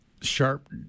sharp